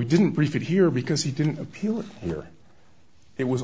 we didn't brief it here because he didn't appeal it here it was